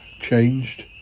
changed